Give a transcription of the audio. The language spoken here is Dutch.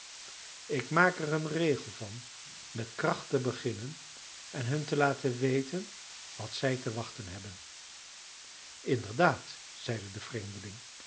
ik maak er een regel van met kracht te beginnen en hun te laten weten wat zij te wachten hebben inderdaad zeide de vreemdeling